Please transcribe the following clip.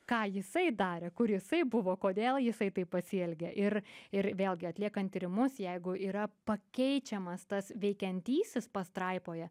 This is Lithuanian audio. ką jisai darė kur jisai buvo kodėl jisai taip pasielgė ir ir vėlgi atliekant tyrimus jeigu yra pakeičiamas tas veikiantysis pastraipoje